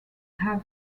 have